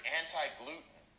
anti-gluten